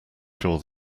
sure